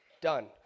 done